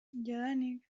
jadanik